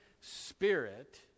spirit